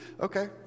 Okay